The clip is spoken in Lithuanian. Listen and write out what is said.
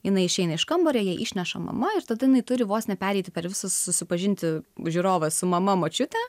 jinai išeina iš kambario ją išneša mama ir tada jinai turi vos ne pereiti per visus susipažinti žiūrovą su mama močiute